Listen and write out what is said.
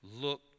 Looked